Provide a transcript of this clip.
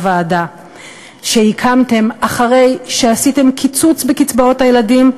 ועדה שהקמתם אחרי שעשיתם קיצוץ בקצבאות הילדים,